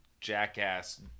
Jackass